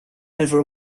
over